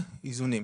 "איזונים",